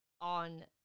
on